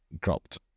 dropped